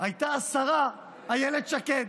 היא השרה אילת שקד,